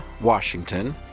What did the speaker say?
Washington